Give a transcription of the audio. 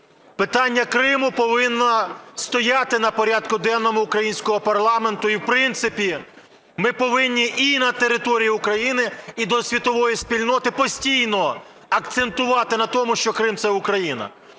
питання Криму повинно стояти на порядку денному українського парламенту. І, в принципі, ми повинні і на території України, і до світової спільноти постійно акцентувати на тому, що Крим – це Україна.